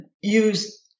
use